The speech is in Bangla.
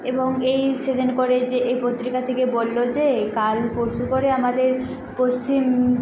এবং এই সেদিন করে যে এই পত্রিকা থেকে বললো যে কাল পরশু করে আমাদের পশ্চিম